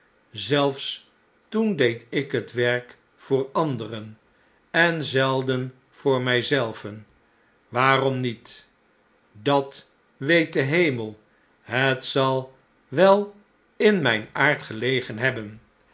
zelfs toen deed ik het werk voor anderen en zelden voor mh zelven waarom niet dat weet de hemel het zal wel in mijn aard gelegen hebben